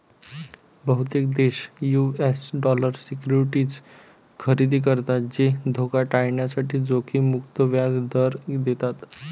बहुतेक देश US dollar securities खरेदी करतात जे धोका टाळण्यासाठी जोखीम मुक्त व्याज दर देतात